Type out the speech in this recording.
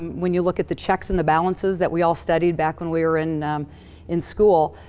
and when you look at the checks and the balances that we all studied back when we were in in school,